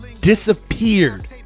disappeared